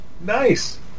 Nice